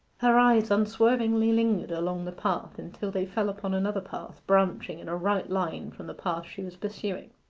her eyes unswervingly lingered along the path until they fell upon another path branching in a right line from the path she was pursuing.